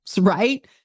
right